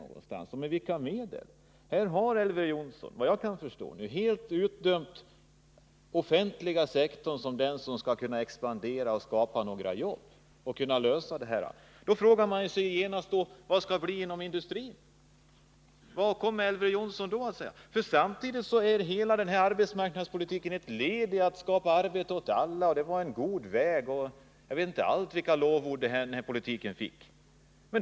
Vilka medel skall vi tillgripa? Här har Elver Jonsson, vad jag kan förstå, helt dömt ut den offentliga sektorn som den som skall kunna expandera och skapa jobb. Då frågar man sig ju genast: Vad skall det bli inom industrin? Vad har Elver Jonsson att säga om den? Samtidigt sägs hela arbetsmarknadspolitiken vara ett led i att skapa arbete åt alla, den är en god väg och jag vet inte allt vilka lovord den här politiken fick.